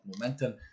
momentum